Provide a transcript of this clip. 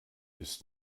ist